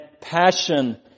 passion